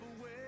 away